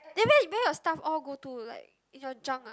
then where where your stuff all go to like in your junk ah